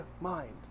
mind